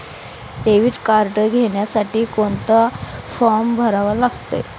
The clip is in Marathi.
डेबिट कार्ड घेण्यासाठी कोणता फॉर्म भरावा लागतो?